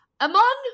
Amon